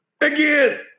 Again